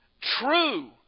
true